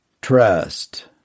Trust